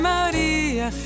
Maria